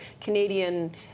Canadian